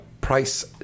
price